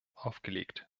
aufgelegt